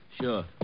Sure